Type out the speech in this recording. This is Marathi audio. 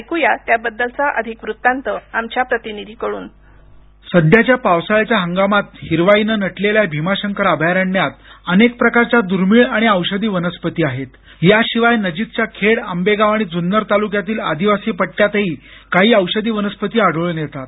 ऐकू या त्याबद्दलचा अधिक वृत्तांत आमच्या प्रतिनिधींकड्रन सध्याच्या पावसाळ्याच्या हंगामात हिरवाईनं नटलेल्या भीमाशंकर अभयारण्यात अनेक प्रकारच्या द्र्मिळ आणि औषधी वनस्पती आहेत याशिवाय नजीकच्या खेड आंबेगाव आणि जुन्नर तालुक्यातील आदिवासी पट्टयातही काही औषधी वनस्पती आढळून येतात